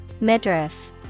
Midriff